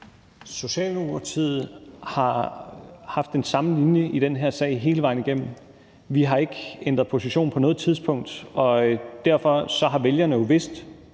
Socialdemokratiet har haft den samme linje i den her sag hele vejen igennem. Vi har ikke ændret position på noget tidspunkt, og derfor har vælgerne jo vidst